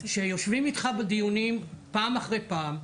שיושבים איתך בדיונים פעם אחרי פעם.